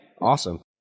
Awesome